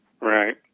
Right